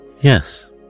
Yes